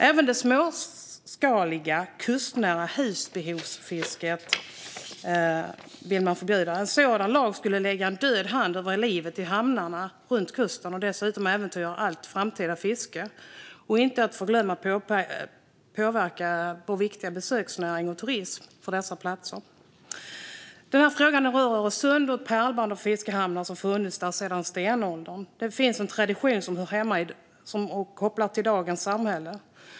Även det småskaliga, kustnära husbehovsfisket vill man förbjuda. En sådan lag skulle lägga en död hand över livet i hamnarna runt kusten och dessutom äventyra allt framtida fiske - inte att förglömma även påverka vår viktiga besöksnäring och turismen på dessa platser. Frågan rör Öresund och det pärlband av fiskehamnar som har funnits där sedan stenåldern. Det finns en tradition som är kopplad till dagens samhälle.